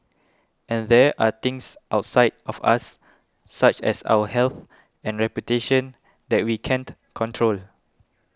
and there are things outside of us such as our health and reputation that we can't control